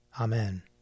Amen